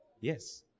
Yes